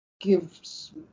gives